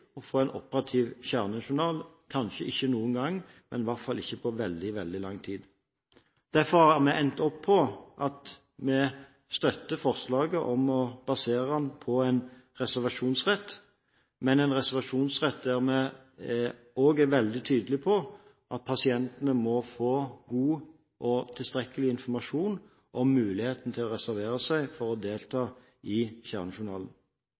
få en operativ kjernejournal – i hvert fall ikke på veldig lang tid. Derfor har vi endt opp med at vi støtter forslaget om å basere kjernejournalen på en reservasjonsrett, men en reservasjonsrett der vi også er veldig tydelige på at pasientene må få god og tilstrekkelig informasjon, og få mulighet til å reservere seg fra å delta i kjernejournalen.